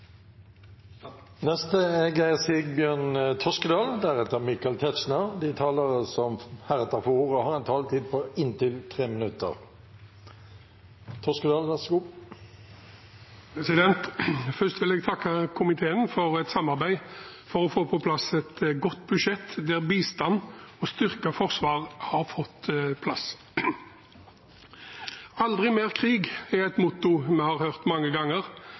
De talerne som heretter får ordet, har en taletid på inntil 3 minutter. Først vil jeg takke komiteen for et samarbeid for å få på plass et godt budsjett, der bistand og styrket forsvar har fått plass. «Aldri mer krig» er et motto vi har hørt mange ganger.